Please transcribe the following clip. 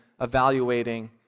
evaluating